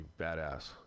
badass